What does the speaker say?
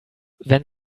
wenn